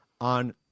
on